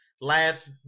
last